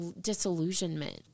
disillusionment